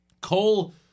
Cole